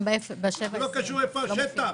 זה לא קשור לאיפה השטח.